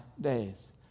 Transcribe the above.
days